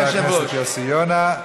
תודה רבה לחבר הכנסת יוסי יונה.